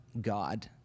God